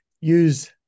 use